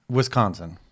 Wisconsin